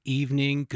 evening